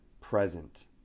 present